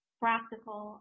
practical